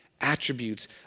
attributes